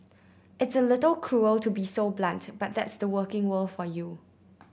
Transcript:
it's a little cruel to be so blunt but that's the working world for you